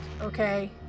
okay